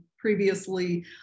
previously